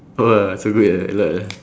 !whoa! so good ah a lot ah